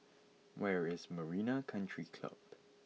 where is Marina Country Club